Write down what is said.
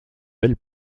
belle